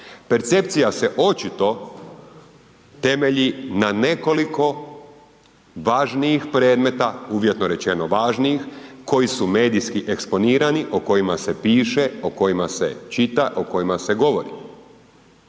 Percepcija se očito temelji na nekoliko važnijih predmeta, uvjetno rečeno važnijih, koji su medijski eksponirani, o kojima se piše, o kojima se čita, o kojima se govori.